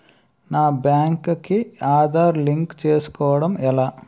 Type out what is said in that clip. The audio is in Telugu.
నా బ్యాంక్ కి ఆధార్ లింక్ చేసుకోవడం ఎలా?